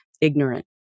ignorant